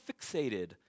fixated